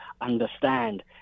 understand